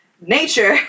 nature